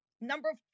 number